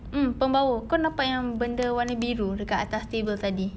mm pem~ bau kau nampak yang benda warna biru dekat atas table tadi